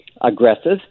aggressive